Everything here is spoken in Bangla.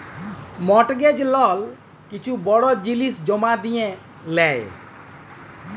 মর্টগেজ লল কিছু বড় জিলিস জমা দিঁয়ে লেই